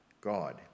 God